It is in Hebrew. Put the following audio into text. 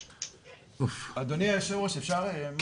אדוני היושב ראש, אפשר?